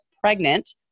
pregnant